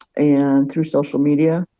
and through social media.